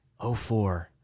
04